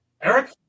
Eric